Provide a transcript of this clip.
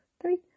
three